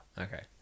okay